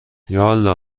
یالا